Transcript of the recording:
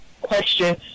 question